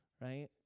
right